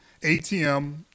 ATM